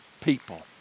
people